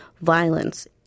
violence